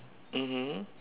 mmhmm